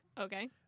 Okay